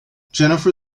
jennifer